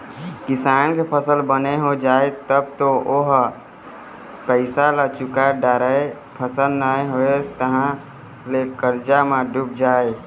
किसान के फसल बने हो जाए तब तो ओ ह पइसा ल चूका डारय, फसल नइ होइस तहाँ ले करजा म डूब जाए